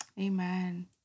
Amen